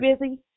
busy